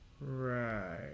Right